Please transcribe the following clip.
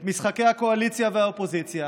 את משחקי הקואליציה והאופוזיציה